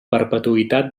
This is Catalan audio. perpetuïtat